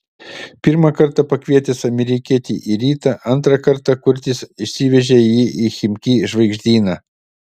pirmą kartą pakvietęs amerikietį į rytą antrą kartą kurtis išsivežė jį į chimki žvaigždyną